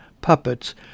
puppets